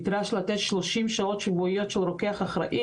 נדרש לתת 30 שעות שבועיות של רוקח אחראי